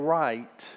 right